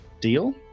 deal